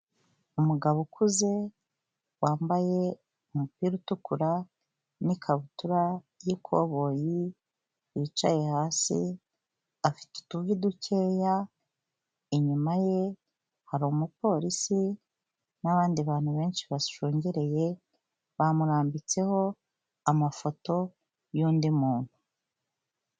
Umugabo ukuze wambaye umupira utukura n'ikabutura y'ikoboyi wicaye hasi afite utuvi dukeya, inyuma ye hari umupolisi n'abandi bantu benshi bashungereye bamurambitseho amafoto y'undi muntu.